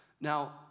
Now